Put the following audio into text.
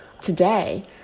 today